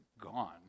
gone